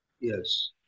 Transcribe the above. Yes